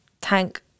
tank